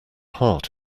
heart